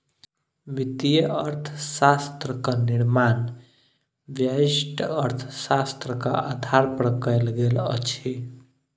वित्तीय अर्थशास्त्रक निर्माण व्यष्टि अर्थशास्त्रक आधार पर कयल गेल अछि